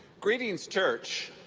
greetings, church.